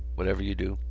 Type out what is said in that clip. whatever you do.